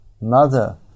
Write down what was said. mother